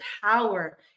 power